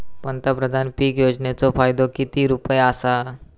पंतप्रधान पीक योजनेचो फायदो किती रुपये आसा?